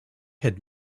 had